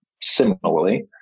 similarly